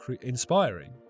inspiring